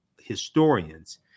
historians